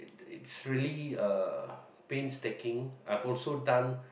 it it's really uh painstaking I've also done